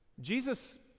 Jesus